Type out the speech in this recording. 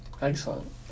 Excellent